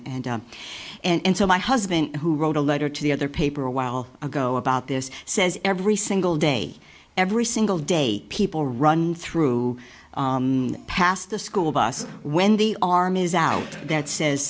and and so my husband who wrote a letter to the other paper a while ago about this says every single day every single day people run through past the school bus when the arm is out that says